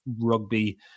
Rugby